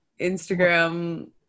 instagram